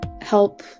help